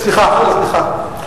סליחה, סליחה.